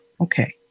Okay